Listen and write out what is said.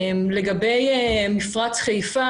לגבי מפרץ חיפה.